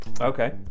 okay